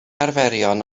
arferion